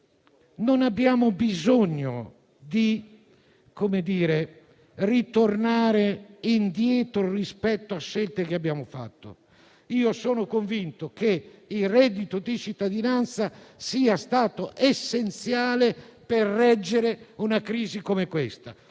non abbiamo bisogno di tornare indietro rispetto a scelte che abbiamo fatto. Io sono convinto che il reddito di cittadinanza sia stato essenziale per reggere una crisi come quella